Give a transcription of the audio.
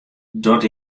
dat